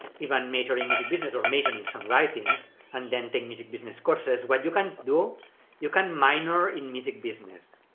even major in music business or major in songwriting and then take music business courses. what you can do is you can minor in music business